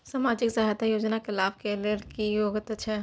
सामाजिक सहायता योजना के लाभ के लेल की योग्यता छै?